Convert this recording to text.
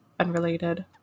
unrelated